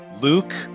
Luke